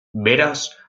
beraz